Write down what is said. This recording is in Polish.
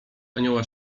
anioła